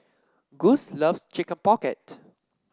Gus loves Chicken Pocket